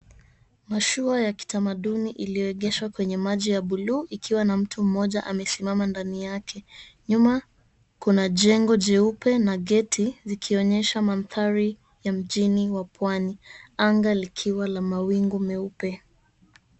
Mashua ya kitamaduni iliyoegeshwa kwenye maji ya bluu ikiwa na mtu moja amesimama ndani yake nyuma kuna jengo jeupe na geti zikionyesha mandhari ya mjini pwani anga likiwa na mawingu meupe.